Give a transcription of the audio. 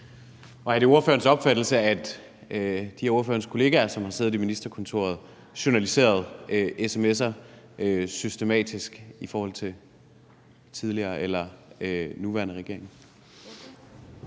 Er det ordførerens opfattelse, at de af ordførerens kollegaer, som har siddet i ministerkontorerne, journaliserede sms'er systematisk i forhold til den tidligere eller nuværende regering?